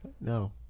No